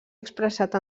expressat